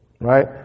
Right